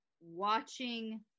watching